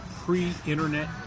pre-internet